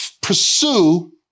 pursue